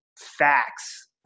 facts